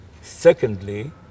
Secondly